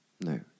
no